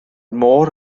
môr